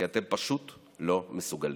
כי אתם פשוט לא מסוגלים.